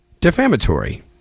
Defamatory